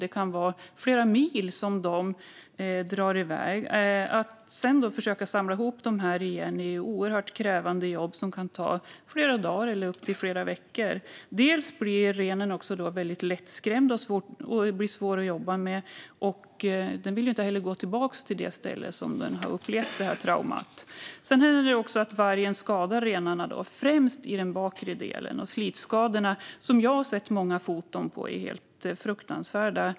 De kan dra iväg flera mil, och att samla ihop dem igen kan vara ett oerhört krävande jobb som kan ta upp till flera veckor. Renen blir väldigt lättskrämd och svår att jobba med. Den vill inte heller gå tillbaka till det ställe där den har upplevt traumat. Det händer också att vargen skadar renarna, främst i den bakre delen. Slitskadorna, som jag har sett många foton på, är fruktansvärda.